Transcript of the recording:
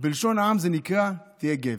בלשון העם זה נקרא תהיה גבר,